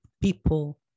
people